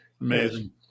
Amazing